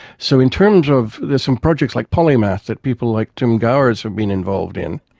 so in terms of. there's some projects like polymath that people like tim gowers have been involved in.